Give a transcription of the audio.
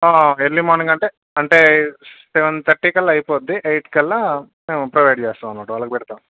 early morning అంటే అంటే seven thirty కల్లా అయిపోతుంది ఎయిట్ కల్లా మేము ప్రొవైడ్ చేస్తాము అన్నమాట వాళ్ళకి పెడతాము